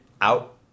out